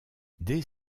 dès